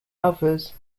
others